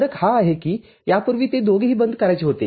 फरक हा आहे की यापूर्वी ते दोघेही बंद करायचे होते